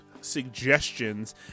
suggestions